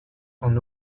son